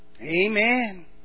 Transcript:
Amen